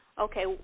okay